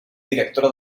directora